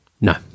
No